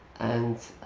and